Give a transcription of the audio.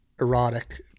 erotic